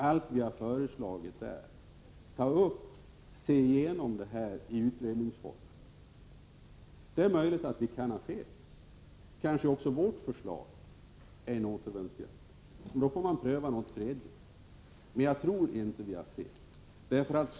Allt som vi har föreslagit är att frågorna skall utredas. Det är möjligt att vi har fel — kanske är också vårt förslag en återvändsgränd — och då får man pröva något annat alternativ. Men jag tror inte att vi har fel.